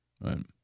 Right